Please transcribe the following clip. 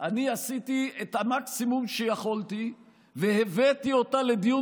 אני עשיתי את המקסימום שיכולתי והבאתי אותה לדיון